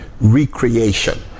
recreation